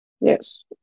Yes